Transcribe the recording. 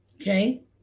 Okay